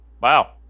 Wow